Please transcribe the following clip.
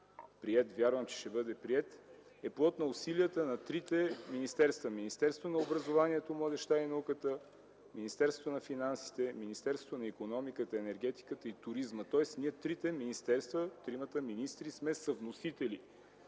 приет, вярвам че ще бъде приет, е плод на усилията на трите министерства – Министерството на образованието, младежта и науката, Министерството на финансите, Министерството на икономиката, енергетиката и туризма, тоест ние, трите министерства, тримата министри сме съвносители,